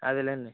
అదేలేండి